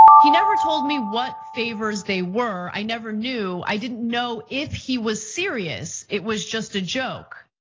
he never told me what favors they were. i never knew. i didn't know if he was serious. it was just a joke.